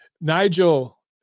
Nigel